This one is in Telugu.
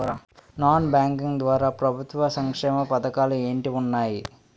నాన్ బ్యాంకింగ్ ద్వారా ప్రభుత్వ సంక్షేమ పథకాలు ఏంటి ఉన్నాయి?